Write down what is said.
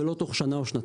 ולא תוך שנה או שנתיים.